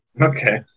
Okay